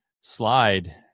slide